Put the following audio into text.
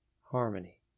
Harmony